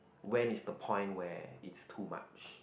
when is the point where it's too much